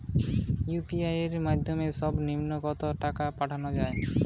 UPI এর মাধ্যমে সর্ব নিম্ন কত টাকা পাঠানো য়ায়?